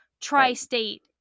tri-state